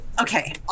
Okay